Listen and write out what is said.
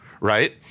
Right